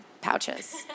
pouches